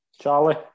Charlie